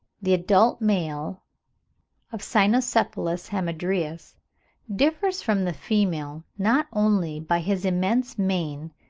the adult male of cynocephalus hamadryas differs from the female not only by his immense mane,